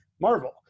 Marvel